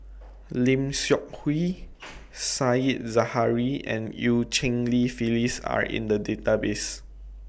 Lim Seok Hui Said Zahari and EU Cheng Li Phyllis Are in The Database